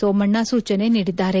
ಸೋಮಣ್ಣ ಸೂಚನೆ ನೀಡಿದ್ದಾರೆ